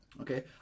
Okay